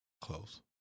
close